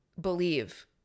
believe